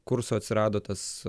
kurso atsirado tas